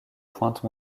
pointes